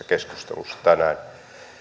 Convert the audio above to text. keskustelussa tänään